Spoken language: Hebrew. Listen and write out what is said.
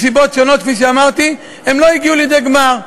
מסיבות שונות, כפי שאמרתי, הם לא הגיעו לידי גמר,